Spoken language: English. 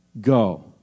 Go